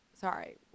Sorry